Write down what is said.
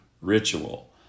ritual